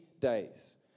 days